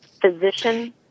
Physician